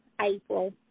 April